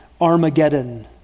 Armageddon